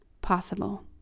possible